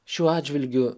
šiuo atžvilgiu